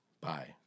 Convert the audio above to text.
Bye